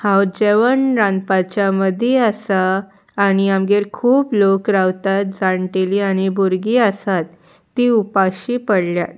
हांव जेवण रांदपाच्या मदीं आसा आनी आमगेर खूब लोक रावतात जाणटेली आनी भुरगीं आसात तीं उपाशी पडल्यात